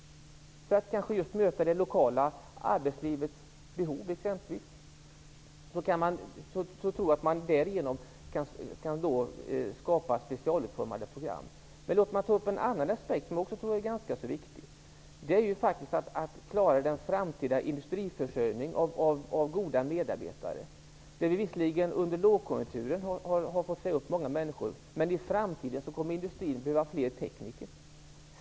För att möta t.ex. det lokala arbetslivets behov kan man då skapa specialutformade program. Låt mig ta upp en annan aspekt, som jag också tror är ganska viktig. Det är att klara den framtida försörjningen till industrin med goda medarbetare. Under lågkonjunkturen har visserligen många människor sagts upp. Men i framtiden kommer industrin att behöva fler tekniker.